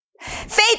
Faith